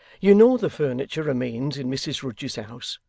you know the furniture remains in mrs rudge's house,